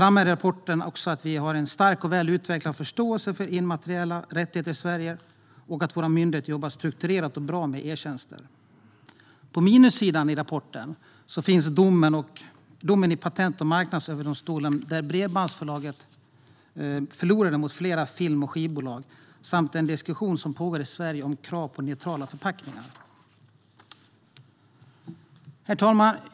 Rapporten framhäver också att vi har en stark och väl utvecklad förståelse för immateriella rättigheter i Sverige och att våra myndigheter jobbar strukturerat och bra med e-tjänster. På minussidan finns domen i Patent och marknadsöverdomstolen där Bredbandsbolaget förlorade mot flera film och skivbolag samt den diskussion som pågår i Sverige om krav på neutrala förpackningar. Herr talman!